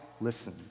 listen